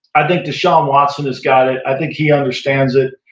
i think deshaun watson has got it. i think he understands it.